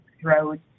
throat